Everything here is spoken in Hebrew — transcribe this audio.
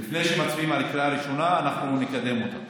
לפני שמצביעים בקריאה ראשונה, אנחנו נקדם אותה.